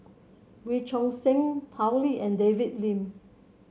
Wee Choon Seng Tao Li and David Lim